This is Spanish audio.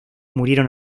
murieron